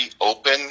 open